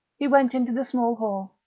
he went into the small hall.